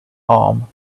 arm